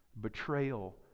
betrayal